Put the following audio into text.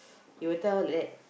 he will tell like that